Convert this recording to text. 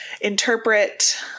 interpret